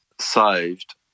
saved